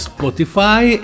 Spotify